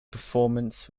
performance